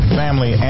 family